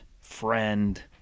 friend